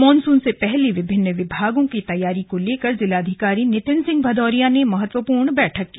monsoon से पहले विभिन्न विभागों की तैयारी को लेकर जिलाधिकारी नितिन सिंह भदौरिया ने महत्वपूर्ण बैठक की